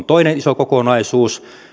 toinen iso kokonaisuus